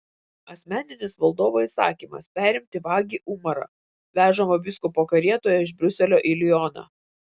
asmeninis valdovo įsakymas perimti vagį umarą vežamą vyskupo karietoje iš briuselio į lioną